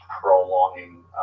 prolonging